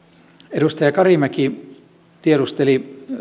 edustaja karimäki tiedusteli